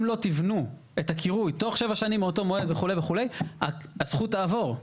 אם לא תבנו את הקירוי תוך שבע שנים מאותו מועד וכו' וכו' הזכות תעבור,